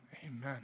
amen